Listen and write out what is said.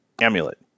Amulet